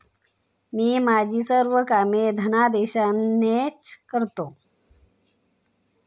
मी माझी सर्व कामे धनादेशानेच करतो